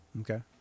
Okay